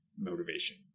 motivation